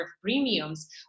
premiums